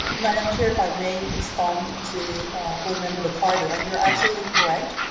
madam chair, if i may respond to board member liccardo, and you are absolutely correct.